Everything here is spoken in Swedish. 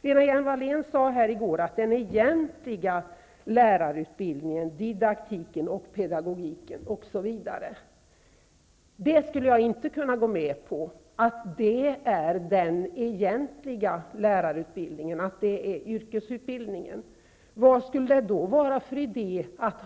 Lena Hjelm-Wallén sade i går om den egentliga lärarutbildningen -- didaktiken, pedagogiken osv. -- att det är den som är yrkesutbildningen, men det kan jag inte gå med på. Vad skulle det då vara för idé att